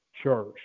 Church